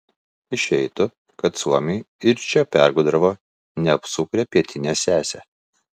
išeitų kad suomiai ir čia pergudravo neapsukrią pietinę sesę